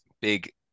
big